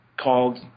called